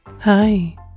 hi